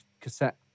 cassette